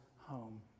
home